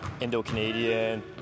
Indo-Canadian